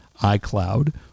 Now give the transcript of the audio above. iCloud